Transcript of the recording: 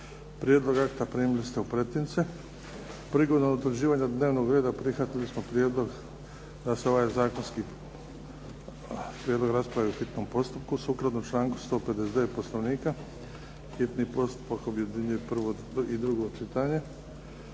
Prijedlog akta primili ste u pretince. Prilikom utvrđivanja dnevnog reda prihvatili smo prijedlog da se ovaj zakonski prijedlog raspravi u hitnom postupku sukladno članku 159. Poslovnika. Hitini postupak objedinjuje prvo i drugo čitanje